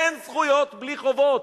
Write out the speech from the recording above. אין זכויות בלי חובות,